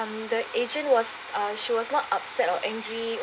um the agent was uh she was not upset or angry